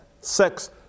sex